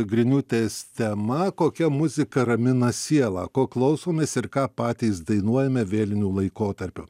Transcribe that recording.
griniūtės tema kokia muzika ramina sielą ko klausomės ir ką patys dainuojame vėlinių laikotarpiu